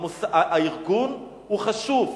הארגון הוא חשוב,